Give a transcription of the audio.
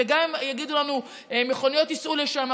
גם אם יגידו לנו לגבי מכוניות שייסעו לשם,